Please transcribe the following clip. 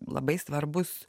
labai svarbūs